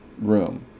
room